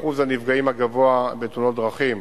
אחוז הנפגעים הגבוה בתאונות דרכים